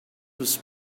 was